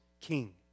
king